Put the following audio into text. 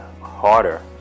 harder